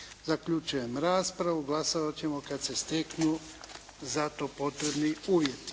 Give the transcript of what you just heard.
Zaključujem raspravu. Glasovati ćemo kada se steknu za to potrebni uvjeti.